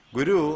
Guru